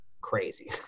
crazy